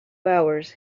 hours